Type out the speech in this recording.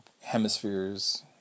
hemispheres